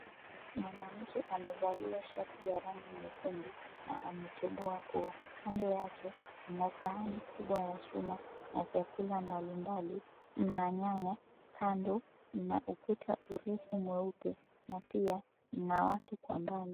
Mwanamke amevalia shati ya rangi nyekundu na ametoboa pua. Kando yake mna sahani kubwa ya chuma na vyakula mbalimbali mna nyanya, kando mna ukuta mrefu mweupe, na pia mna watu kwa mbali.